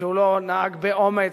שהוא לא נהג באומץ,